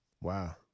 Wow